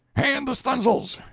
hand the stuns'ls!